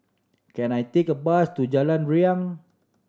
can I take a bus to Jalan Riang